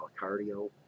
cardio